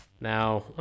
Now